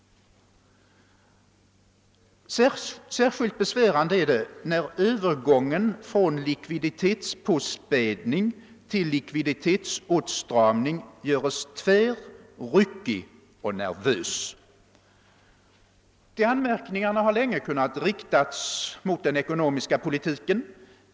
Särskilt besvärande är det när övergången från likviditetspåspädning till likviditetsåtstramning görs tvär, ryckig och nervös. De anmärkningarna har länge kunnat riktas mot den ekonomiska politiken.